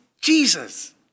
Jesus